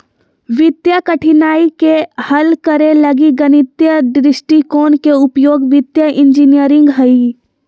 वित्तीय कठिनाइ के हल करे लगी गणितीय दृष्टिकोण के उपयोग वित्तीय इंजीनियरिंग हइ